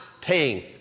paying